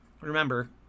Remember